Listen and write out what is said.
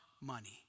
money